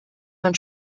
man